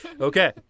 Okay